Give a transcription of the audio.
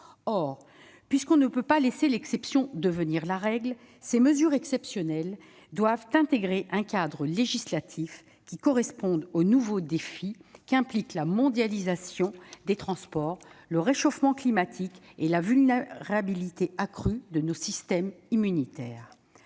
Or, puisque l'on ne peut pas laisser l'exception devenir la règle, ces mesures exceptionnelles doivent intégrer un cadre législatif qui corresponde aux nouveaux défis qu'impliquent la mondialisation des transports, le réchauffement climatique et la vulnérabilité accrue de nos systèmes immunitaires.